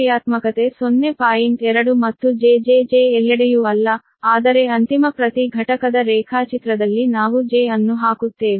2 ಮತ್ತು j j j ಎಲ್ಲೆಡೆಯೂ ಅಲ್ಲ ಆದರೆ ಅಂತಿಮ ಪ್ರತಿ ಘಟಕದ ರೇಖಾಚಿತ್ರದಲ್ಲಿ ನಾವು j ಅನ್ನು ಹಾಕುತ್ತೇವೆ